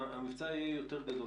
המבצע יהיה יותר גדול